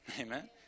Amen